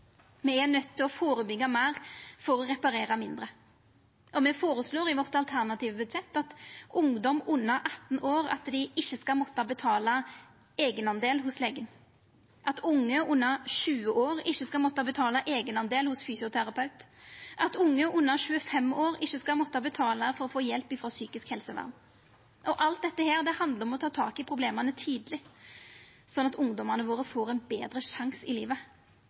Me er nøydde til å førebyggja meir for å reparera mindre. Me føreslår i vårt alternative budsjett at ungdom under 18 år ikkje skal måtta betala eigendel hos legen, at unge under 20 år ikkje skal måtta betala eigendel hos fysioterapeut, at unge under 25 år ikkje skal måtta betala for å få hjelp frå psykisk helsevern. Alt dette handlar om å ta tak i problema tidleg, slik at ungdomane våre får ein betre sjanse i livet.